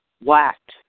whacked